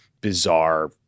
bizarre